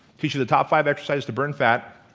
feature the top five exercises to burn fat,